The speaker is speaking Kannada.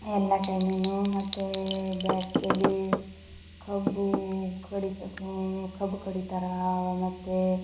ಎಲ್ಲ ಟೈಮಿನು ಮತ್ತು ಬೇಸಿಗೆಯಲ್ಲಿ ಕಬ್ಬು ಕಡಿತ್ ಕಬ್ಬು ಕಡಿತಾರ ಮತ್ತು